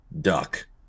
duck